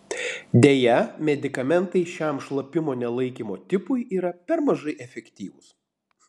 deja medikamentai šiam šlapimo nelaikymo tipui yra per mažai efektyvūs